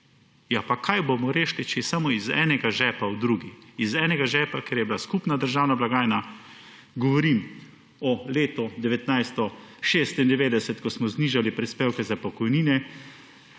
Ja, pa kaj bomo rešili, če je samo iz enega žepa v drugi, iz enega žepa, kjer je bila skupna državna blagajna, govorim o letu 1996, ko smo znižali prispevke za pokojnine,